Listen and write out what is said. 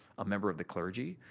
a member of the clergy,